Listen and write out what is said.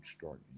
start